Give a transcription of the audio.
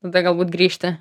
tada galbūt grįžti